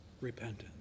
repentance